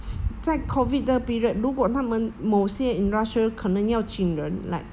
在 COVID 的 period 如果他们某些 industrial 可能邀请人 like